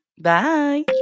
Bye